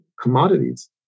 commodities